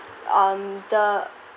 on the